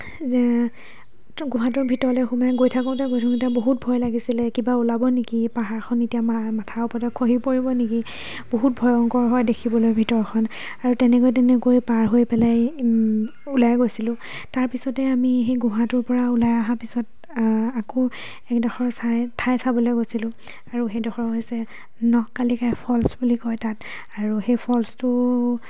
গুহাটোৰ ভিতৰলে সোমাই গৈ থাকোঁতে গৈ থাকোঁতে বহুত ভয় লাগিছিলে কিবা ওলাব নেকি পাহৰখন এতিয়া মাথাৰ ওপৰতে খহি পৰিব নেকি বহুত ভয়ংকৰ হয় দেখিবলৈ ভিতৰখন আৰু তেনেকৈ তেনেকৈ পাৰ হৈ পেলাই ওলাই গৈছিলোঁ তাৰপিছতে আমি সেই গুহাটোৰ পৰা ওলাই অহাৰ পিছত আকৌ এডোখৰ চাই ঠাই চাবলৈ গৈছিলোঁ আৰু সেইডোখৰ হৈছে নখকালিকাই ফল্চ বুলি কয় তাত আৰু সেই ফল্চটো